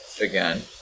again